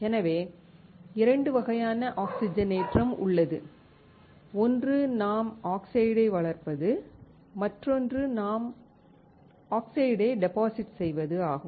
எனவே 2 வகையான ஆக்சிஜனேற்றம் உள்ளது ஒன்று நாம் ஆக்சைடை வளர்ப்பது மற்றொன்று நாம் ஆக்சைடை டெபாசிட் செய்வது ஆகும்